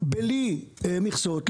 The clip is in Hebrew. בלי מכסות,